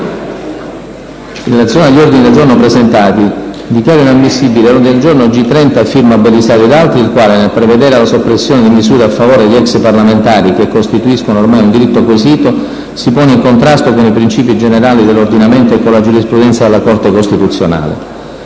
In relazione agli ordini del giorno presentati, dichiaro inammissibile l'ordine del giorno G30, a firma del senatore Belisario e altri senatori, il quale, nel prevedere la soppressione di misure a favore di ex parlamentari che costituiscono ormai un diritto quesito, si pone in contrasto con i principi generali dell'ordinamento e con la giurisprudenza della Corte costituzionale.